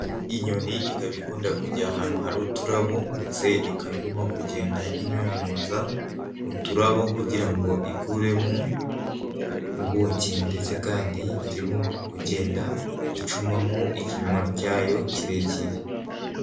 Inyoni ikaba ikunda kujya ahantu hari uturabo ndetse ikaba irimo kugenda inyunyuza uturabo kugira ngo ikuremo ubuki ndetse kandi irimo kugenda icuma mo ikinwa cyayo kirekire.